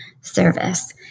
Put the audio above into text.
service